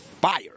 fire